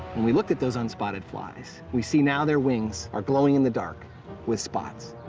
we looked at those unspotted flies, we see, now, their wings are glowing in the dark with spots.